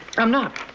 i'm not.